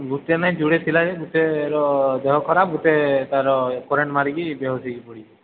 ଗୋଟେ ନାହିଁ ଯୋଡ଼େ ଥିଲା ଯେ ଗୋଟେର ଦେହ ଖରା ଗୋଟେ ତା'ର ଏ କରେଣ୍ଟ ମାରିକି ବେହୋସ ପଡ଼ିଛି